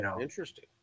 Interesting